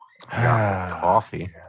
Coffee